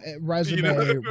resume